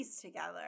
together